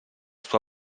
sua